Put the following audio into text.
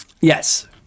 yes